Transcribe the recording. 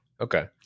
Okay